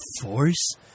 Force